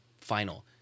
final